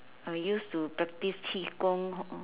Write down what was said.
I used to practice qi gong